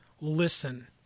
listen